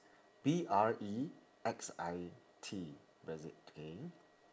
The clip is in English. B R E X I T brexit okay